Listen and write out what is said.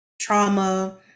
trauma